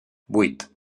vuit